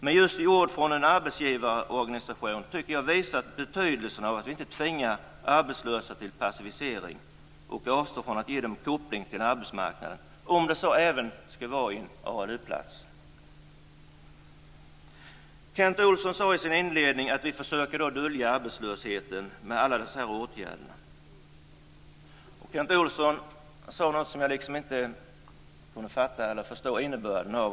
Men i just dessa ord från en arbetsgivarorganisation visas betydelsen av att vi inte tvingar de arbetslösa till passivisering och avstår från att ge dem en koppling till arbetsmarknaden, om det så skall vara en ALU-plats. Kent Olsson sade i sin inledning att vi försöker dölja arbetslösheten med alla dessa åtgärder. Han sade någonting som jag inte kunde förstå innebörden av.